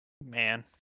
Man